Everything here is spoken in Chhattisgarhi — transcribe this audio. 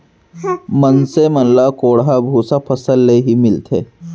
मनसे मन ल कोंढ़ा भूसा फसल ले ही मिलथे